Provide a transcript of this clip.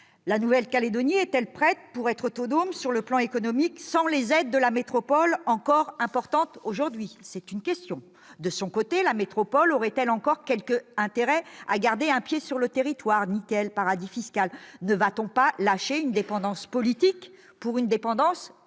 La Nouvelle-Calédonie est-elle prête pour être autonome sur le plan économique sans les aides de la métropole encore importantes aujourd'hui ? De son côté, la métropole aurait-elle encore quelques intérêts à garder un pied sur le territoire- nickel, paradis fiscal ...? Ne va-t-on pas lâcher une dépendance politique pour une dépendance économique ?